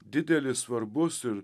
didelis svarbus ir